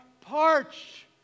parched